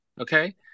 okay